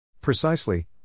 Precisely